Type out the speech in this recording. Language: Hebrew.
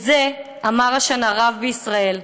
את זה אמר השנה רב בישראל.